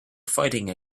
fighting